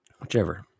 Whichever